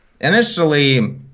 Initially